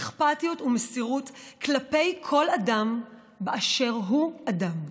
אכפתיות ומסירות כלפי כל אדם באשר הוא אדם.